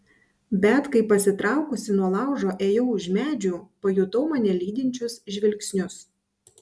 bet kai pasitraukusi nuo laužo ėjau už medžių pajutau mane lydinčius žvilgsnius